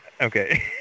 Okay